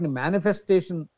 manifestation